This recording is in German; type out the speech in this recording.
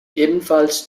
ebenfalls